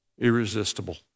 irresistible